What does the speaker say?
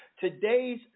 Today's